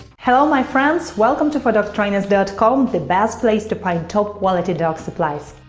hello my friends! welcome to fordogtrainers dot com the best place to find top quality dog supplies!